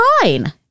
fine